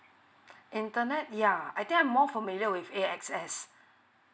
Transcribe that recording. internet yeah I think I'm more familiar with A_X_S